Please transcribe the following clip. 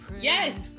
Yes